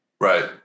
Right